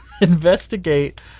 investigate